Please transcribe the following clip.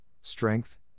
strength